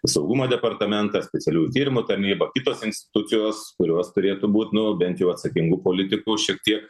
saugumo departamentas specialių tyrimų tarnyba kitos institucijos kurios turėtų būt nu bent jau atsakingų politikų šiek tiek